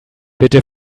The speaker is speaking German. bitte